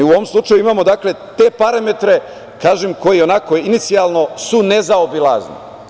U ovom slučaju imamo te parametre, kažem, koji su inicijalno nezaobilazni.